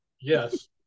yes